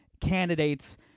candidates